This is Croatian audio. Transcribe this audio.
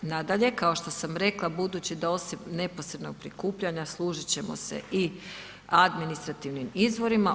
Nadalje, kao što sam rekla, budući da osim neposrednog prikupljanja, služit ćemo se i administrativnim izvorima.